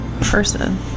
person